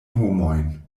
homojn